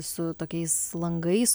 su tokiais langais